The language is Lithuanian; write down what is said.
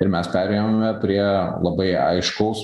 ir mes perėjome prie labai aiškaus